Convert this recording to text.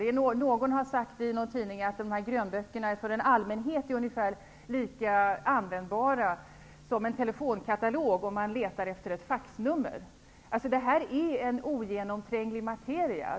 Någon har sagt i någon tidning att grönböckerna för allmänheten ungefär är lika användbara som en telefonkatalog om man letar efter ett faxnummer. Det här är en ogenomtränglig materia.